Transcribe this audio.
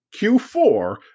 Q4